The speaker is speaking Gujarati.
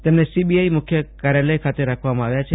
તેમને સીબીઆઈ મુખ્ય કાર્ચલચ ખાતે રાખવામાં આવ્યા છે